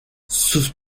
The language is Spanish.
sus